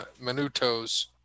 minutes